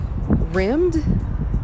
Rimmed